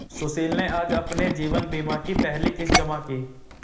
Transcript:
सुशील ने आज अपने जीवन बीमा की पहली किश्त जमा की